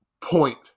point